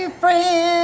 friends